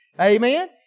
Amen